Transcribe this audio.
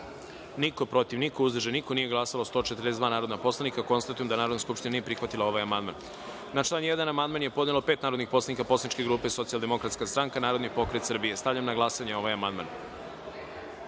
niko, protiv – niko, uzdržanih – nema, nije glasalo 142 narodnih poslanika. Konstatujem da Narodna skupština nije prihvatila ovaj amandman. Na član 16. amandman je podnelo pet narodnih poslanika poslaničke grupe Socijaldemokratska stranka, Narodni pokret Srbije. Stavljam na glasanje ovaj